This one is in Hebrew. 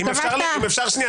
הם פונים לבית משפט לעניינים